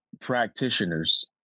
practitioners